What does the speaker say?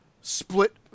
split